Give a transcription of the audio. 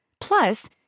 Plus